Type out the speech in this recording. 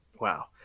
wow